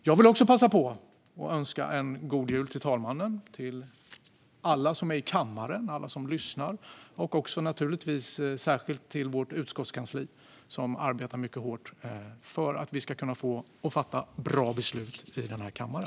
Jag vill också passa på att önska en god jul till talmannen, till alla som är i kammaren, till alla som lyssnar och naturligtvis särskilt till vårt utskottskansli som arbetar mycket hårt för att vi ska kunna fatta bra beslut i denna kammare.